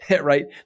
right